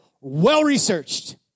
well-researched